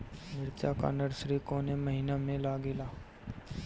मिरचा का नर्सरी कौने महीना में लागिला?